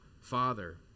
Father